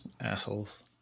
assholes